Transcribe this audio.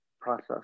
process